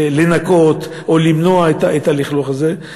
לנקות או למנוע את הלכלוך הזה,